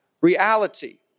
Reality